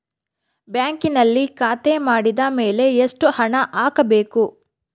ಬ್ಯಾಂಕಿನಲ್ಲಿ ಖಾತೆ ಮಾಡಿದ ಮೇಲೆ ಎಷ್ಟು ಹಣ ಹಾಕಬೇಕು?